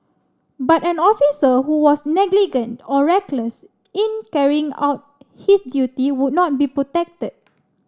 but an officer who was negligent or reckless in carrying out his duty would not be protected